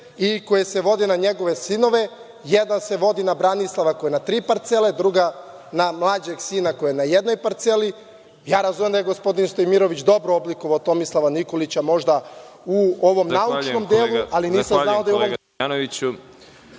i koje se vode na njegove sinove. Jedna se vodi na Branislava, koja je na tri parcele, a druga na mlađeg sina koji je na jednoj parceli. Ja razumem da je gospodin Stojmirović dobro oblikovao Tomislava Nikolića možda u ovom naučnom delu, ali nisam znao da… **Veroljub